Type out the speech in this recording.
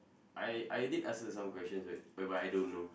I I did ask her some questions where whereby I don't know